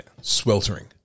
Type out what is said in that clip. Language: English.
sweltering